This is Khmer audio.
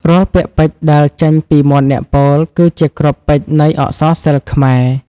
រាល់ពាក្យពេចន៍ដែលចេញពីមាត់អ្នកពោល គឺជាគ្រាប់ពេជ្រនៃអក្សរសិល្ប៍ខ្មែរ។